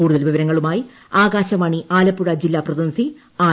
കൂടുതൽ വിവരങ്ങളുമായി ആകാശവാണി ആലപ്പുഴ ജില്ലാ പ്രതിനിധി ആർ